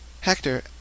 Hector